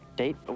date